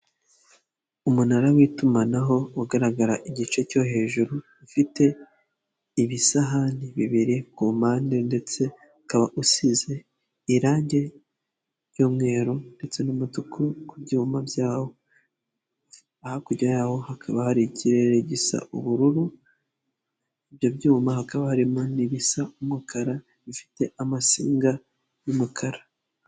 Umunara w'itumanaho ugaragara igice cyo hejuru ufite ibisahani bibiri ku mpande ndetse ukaba usize irangi ry'umweru ndetse n'umutuku ku byuma byawo hakurya yawo hakaba hari ikirere gisa ubururu ibyo byuma hakaba harimo n'ibisa umukara bifite amasinga y'umukara.